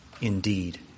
Indeed